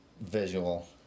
visual